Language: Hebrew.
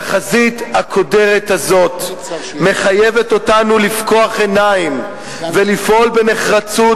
התחזית הקודרת הזאת מחייבת אותנו לפקוח עיניים ולפעול בנחרצות,